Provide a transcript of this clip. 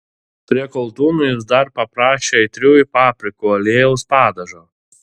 prie koldūnų jis dar paprašė aitriųjų paprikų aliejaus padažo